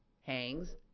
hangs